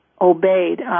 obeyed